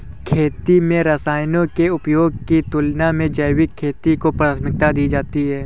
खेती में रसायनों के उपयोग की तुलना में जैविक खेती को प्राथमिकता दी जाती है